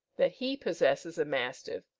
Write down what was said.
that he possesses a mastiff,